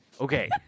Okay